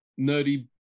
nerdy